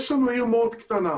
יש לנו עיר מאוד קטנה,